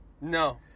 No